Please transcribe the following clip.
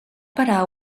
parar